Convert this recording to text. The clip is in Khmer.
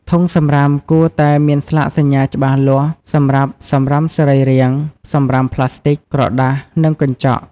ធុងសំរាមគួរតែមានស្លាកសញ្ញាច្បាស់លាស់សម្រាប់សំរាមសរីរាង្គ សំរាមប្លាស្ទិក ក្រដាស និងកញ្ចក់។